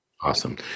Awesome